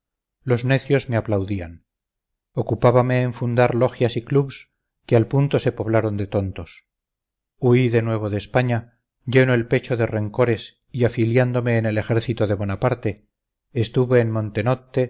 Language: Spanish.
los necios me aplaudían ocupábame en fundar logias y clubs que al punto se poblaron de tontos huí de nuevo de españa lleno el pecho de rencores y afiliándome en el ejército de bonaparte estuve en